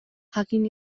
jakin